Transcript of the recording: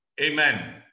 Amen